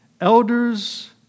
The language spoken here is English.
elders